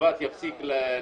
שבשבת יפסיק.